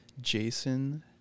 Jason